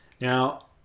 Now